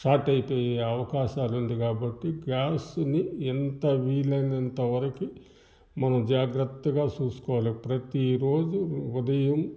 షార్టైపోయే అవకాశాలు ఉంది కాబట్టి గ్యాసుని ఎంత వీలైనంత వరకు మనం జాగ్రత్తగా చూసుకోవాలి ప్రతీ రోజు ఉదయం